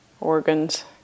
organs